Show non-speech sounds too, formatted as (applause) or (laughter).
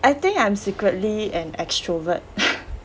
I think I'm secretly an extrovert (laughs)